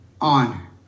honor